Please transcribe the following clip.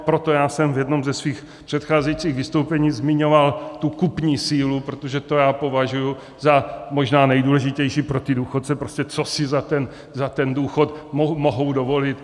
Proto já jsem v jednom ze svých předcházejících vystoupení zmiňoval tu kupní sílu, protože to já považuji za možná nejdůležitější pro ty důchodce, prostě co si za ten důchod mohou dovolit.